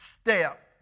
step